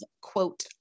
quote